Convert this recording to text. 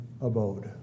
abode